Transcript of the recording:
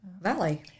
valley